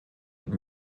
und